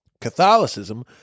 catholicism